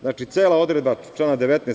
Znači, cela odredba člana 19.